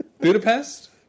Budapest